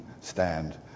stand